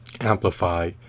amplify